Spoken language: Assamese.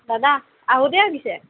দাদা আহোঁ দেই